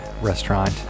restaurant